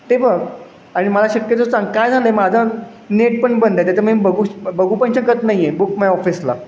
ते बघ आणि मला शक्यतो सांग काय झालं आहे मग माझं नेट पण बंद आहे त्याचामुळे बघू श बघू पण शकत नाही आहे बुक माय ऑफिसला